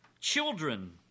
Children